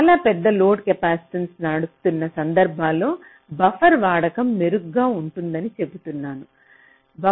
చాలా పెద్ద load capacitance నడుపుతున్న సందర్భాల్లో బఫర్ వాడకం మెరుగ్గా ఉంటుందని చెబుతున్నాము